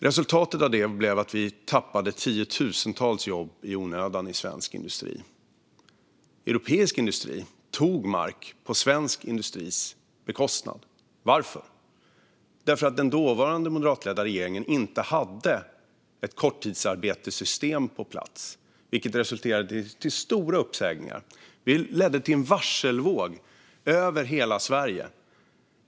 Resultatet av den blev att vi i onödan tappade tiotusentals jobb i svensk industri. Europeisk industri tog mark på svensk industris bekostnad. Varför? Därför att den dåvarande moderatledda regeringen inte hade ett korttidsarbetessystem på plats, vilket resulterade i stora uppsägningar. Det ledde till en varselvåg över hela Sverige.